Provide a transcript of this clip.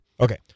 Okay